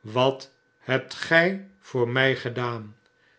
wat hebt gij voor mij gedaan